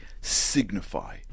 signify